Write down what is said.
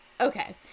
okay